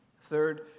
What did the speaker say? Third